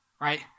right